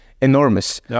enormous